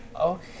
okay